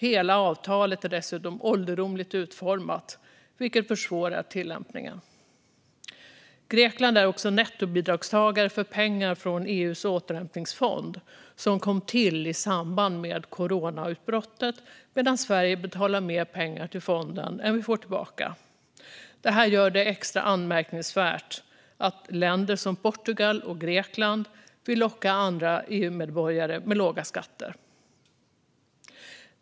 Hela avtalet är dessutom ålderdomligt utformat, vilket försvårar tillämpningen. Grekland är nettobidragstagare för pengar från EU:s återhämtningsfond, som kom till i samband med coronautbrottet, medan Sverige betalar mer pengar till fonden än vi får tillbaka. Det här gör att det är extra anmärkningsvärt att länder som Portugal och Grekland vill locka andra EU-medborgare med låga skatter.